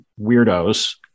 weirdos